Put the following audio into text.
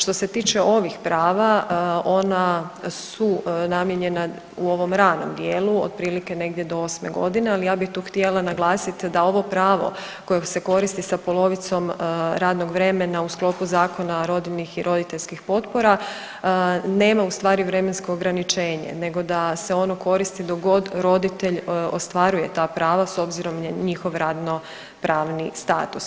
Što se tiče ovih prava, ona su namijenjena u ovom ranom dijelu otprilike negdje do 8 godine, ali ja bih tu htjela naglasiti da ovo pravo koje se koristi sa polovicom radnog vremena u sklopu zakona rodiljnih i roditeljskih potpora nema ustvari vremensko ograničenje nego da se ono koristi dok god roditelj ostvaruje ta prava s obzirom na njihov radnopravni status.